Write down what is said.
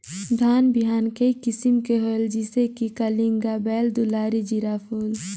धान बिहान कई किसम के होयल जिसे कि कलिंगा, बाएल दुलारी, जीराफुल?